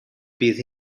bydd